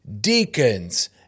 deacons